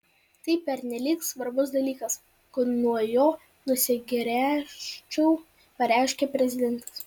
tai pernelyg svarbus dalykas kad nuo jo nusigręžčiau pareiškė prezidentas